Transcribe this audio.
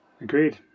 agreed